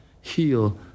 heal